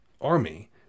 army